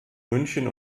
münchen